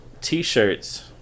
t-shirts